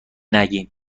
نگین